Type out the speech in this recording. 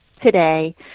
today